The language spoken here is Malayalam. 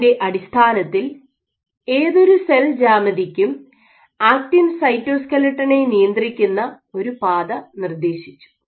ഇതിൻ്റെ അടിസ്ഥാനത്തിൽ ഏതൊരു സെൽ ജ്യാമിതിക്കും ആക്റ്റിൻ സൈറ്റോസ്ക്ലെട്ടനെ നിയന്ത്രിക്കുന്ന ഒരു പാത നിർദ്ദേശിച്ചു